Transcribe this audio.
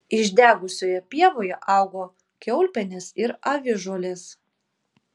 išdegusioje pievoje augo kiaulpienės ir avižuolės